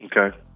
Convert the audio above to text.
okay